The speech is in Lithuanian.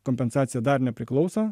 kompensacija dar nepriklauso